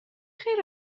خیر